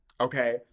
Okay